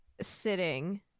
sitting